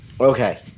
Okay